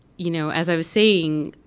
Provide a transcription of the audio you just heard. you know as i was saying,